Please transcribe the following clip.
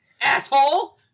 asshole